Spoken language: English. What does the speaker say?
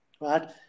right